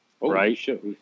right